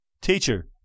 Teacher